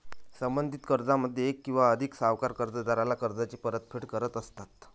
संबंधित कर्जामध्ये एक किंवा अधिक सावकार कर्जदाराला कर्जाची परतफेड करत असतात